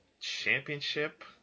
championship